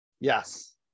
Yes